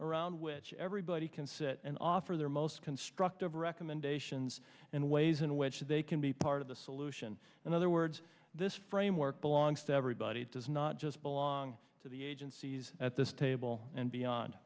around which everybody can sit and offer their most constructive recommended ition zz and ways in which they can be part of the solution in other words this framework belongs to everybody does not just belong to the agencies at this table and beyond